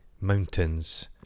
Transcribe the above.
Mountains